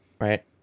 right